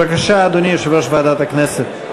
בבקשה, אדוני יושב-ראש ועדת הכנסת.